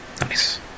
Nice